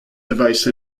device